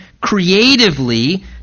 creatively